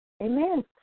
Amen